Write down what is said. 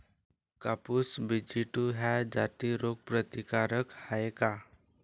कपास BG two ह्या जाती रोग प्रतिकारक हाये का?